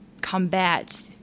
combat